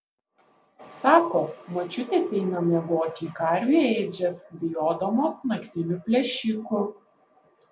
sako močiutės eina miegoti į karvių ėdžias bijodamos naktinių plėšikų